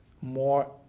more